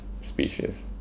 species